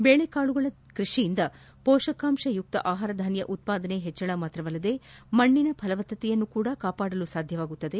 ಬೇಳೆಕಾಳುಗಳ ಕೃಷಿಯಿಂದ ಪೋಷಕಾಂಶಯುಕ್ತ ಆಹಾರಧಾನ್ಯ ಉತ್ಪಾದನೆ ಹೆಚ್ಚಳ ಮಾತ್ರವಲ್ಲದೇ ಮಣ್ಣಿನ ಫಲವತ್ತತೆಯನ್ನೂ ಕೂಡ ಕಾಪಾಡಲು ಸಾಧ್ಯವಾಗಿದೆ